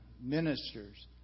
ministers